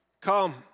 come